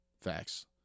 Facts